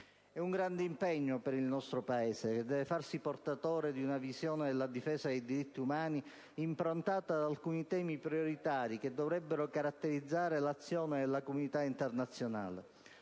È un grande impegno per il nostro Paese, che deve farsi portatore di una visione della difesa dei diritti umani, improntata ad alcuni temi prioritari che dovrebbero caratterizzare l'azione della comunità internazionale: